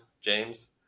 james